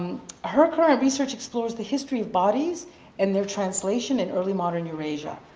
her current research explores the history of bodies and their translation in early modern eurasia.